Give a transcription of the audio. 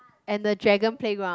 and the dragon playground